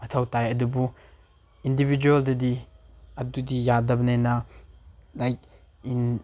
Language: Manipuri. ꯃꯊꯧ ꯇꯥꯏ ꯑꯗꯨꯕꯨ ꯏꯟꯗꯤꯕꯤꯖ꯭ꯋꯦꯜꯗꯗꯤ ꯑꯗꯨꯗꯤ ꯌꯥꯗꯕꯅꯤꯅ ꯂꯥꯏꯛ ꯏꯟ